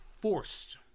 forced